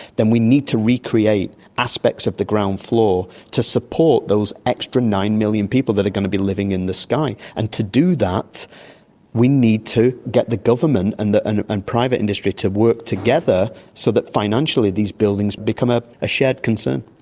then we need to recreate aspects of the ground floor to support those extra nine million people that are going to be living in the sky. and to do that we need to get the government and and and private industry to work together so that financially these buildings become a ah shared concern.